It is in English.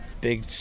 big